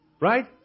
Right